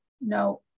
No